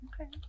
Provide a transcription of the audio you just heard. okay